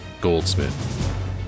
Goldsmith